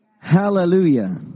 Hallelujah